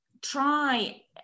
try